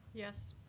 yes.